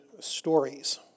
Stories